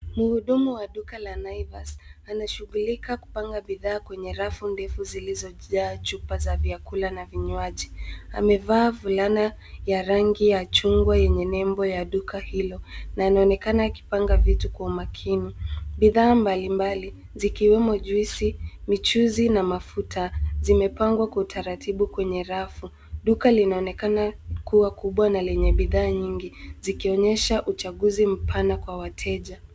Mhudumu wa duka la Naivas, anashughulika kupanga bidhaa kwenye rafu ndefu zilizojaa chupa za vyakula na vinywaji. Amevaa fulana ya rangi ya chungwa yenye nembo ya duka hilo, na anaonekana akipanga vitu kwa umakini. Bidhaa mbalimbali, zikiwemo juisi, michuzi, na mafuta, zimepangwa kwa utaratibu kwenye rafu. Duka linaonekana kuwa kubwa na lenye bidhaa nyingi, zikionyesha uchaguzi mpana kwa wateja.